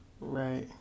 Right